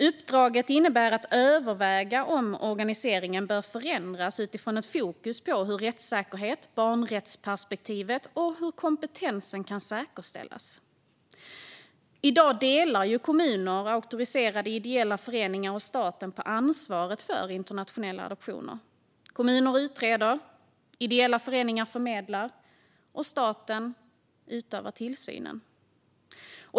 Uppdraget innebär att överväga om organiseringen bör förändras utifrån ett fokus på hur rättssäkerheten, barnrättsperspektivet och kompetensen kan säkerställas. I dag delar kommuner, auktoriserade ideella föreningar och staten på ansvaret för internationella adoptioner. Kommuner utreder, ideella föreningar förmedlar och staten utövar tillsyn.